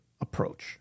approach